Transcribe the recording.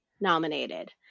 nominated